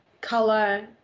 color